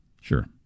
sure